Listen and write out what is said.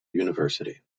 university